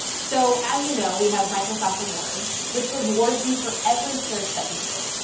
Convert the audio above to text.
so as you know, we have microsoft rewards, which rewards you for every search that you do.